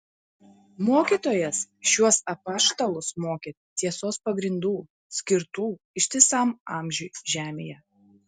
mokytojas šiuos apaštalus mokė tiesos pagrindų skirtų ištisam amžiui žemėje